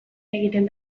egiten